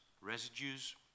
residues